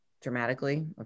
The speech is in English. Dramatically